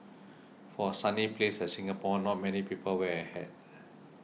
for a sunny place like Singapore not many people wear a hat